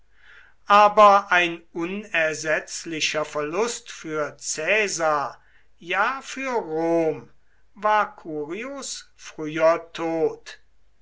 aber ein unersetzlicher verlust für caesar ja für rom war curios früher tod